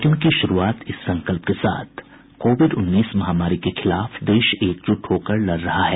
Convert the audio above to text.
bulletin की शुरूआत इस संकल्प के साथ कोविड उन्नीस महामारी के खिलाफ देश एकजुट होकर लड़ रहा है